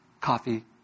coffee